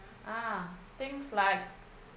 ah things like